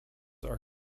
are